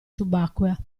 subacquea